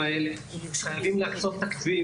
כאן --- חייבים להקצות תקציב,